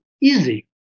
easy